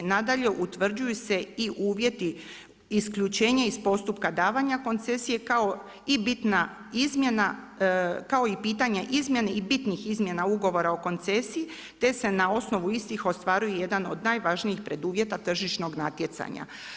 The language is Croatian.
Nadalje utvrđuje se i uvjeti isključenja iz postupka davanja koncesije kao i bitna izmjena, kao i pitanje izmjene i bitnih izmjena ugovora o koncesiji, te se na osnovu istih ostvaruju jedan od najvažnijih preduvjeta tržišnog natjecanja.